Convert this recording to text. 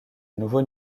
nouveaux